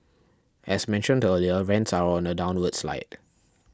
as mentioned earlier rents are on a downward slide